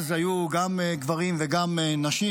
אז היו גם גברים וגם נשים.